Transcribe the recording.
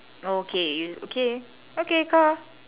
oh K y~ okay okay car